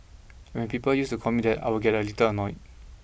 and when people used to call me that I would get a little annoyed